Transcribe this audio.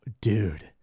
Dude